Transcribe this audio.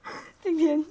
今天